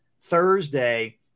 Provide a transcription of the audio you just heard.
Thursday